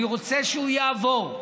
אני רוצה שהוא יעבור.